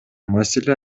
маселе